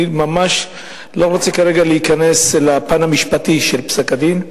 אני ממש לא רוצה כרגע להיכנס לפן המשפטי של פסק-הדין.